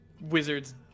wizard's